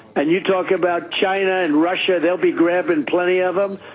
and you talk about china and russia, they will be grabbing plenty of them.